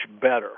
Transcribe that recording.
better